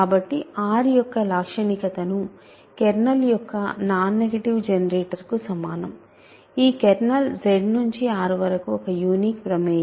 కాబట్టి R యొక్క లాక్షణికతను కెర్నల్ యొక్క నాన్ నెగటివ్ జెనరేటర్కు సమానం ఈ కెర్నల్ Z నుండి R వరకు ఒక యునీక్ ప్రమేయం